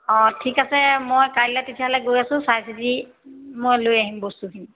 অঁ ঠিক আছে মই কাইলৈ তেতিয়াহ'লে গৈ আছোঁ চাই চিতি মই লৈ আহিম বস্তুখিনি